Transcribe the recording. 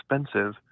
expensive